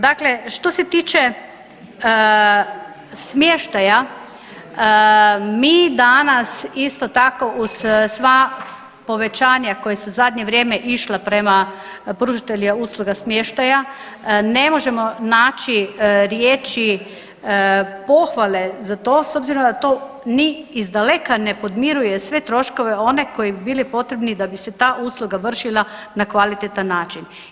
Dakle, što se tiče smještaja mi danas isto tako uz sva povećanja koja su zadnje vrijeme išla prema pružateljima usluga smještaja ne možemo naći riječi pohvale za to s obzirom da to ni izdaleka ne podmiruje sve troškove one koji bi bili potrebni da bi se ta usluga vršila na kvalitetan način.